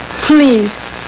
please